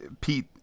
pete